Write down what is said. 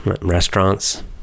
Restaurants